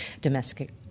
domestic